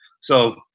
So-